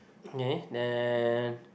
kay then